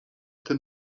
ten